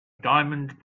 diamond